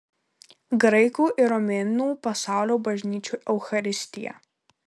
graikų ir romėnų pasaulio bažnyčių eucharistija